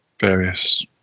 various